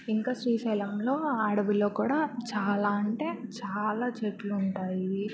ఇంకా శ్రీశైలంలో అడవిలో కూడా చాలా అంటే చాలా చెట్లు ఉంటాయి